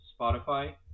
spotify